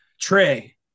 Trey